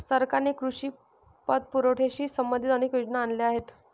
सरकारने कृषी पतपुरवठ्याशी संबंधित अनेक योजना आणल्या आहेत